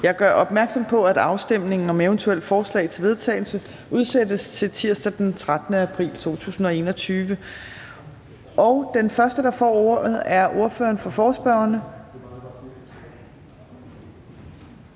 Jeg gør opmærksom på, at afstemning om eventuelle forslag til vedtagelse udsættes til tirsdag den 13. april 2021. Den første, der får ordet, er ordføreren for forespørgerne,